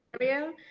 area